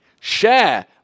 share